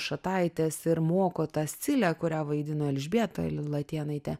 šataitės ir moko ta scilę kurią vaidina elžbieta latėnaitė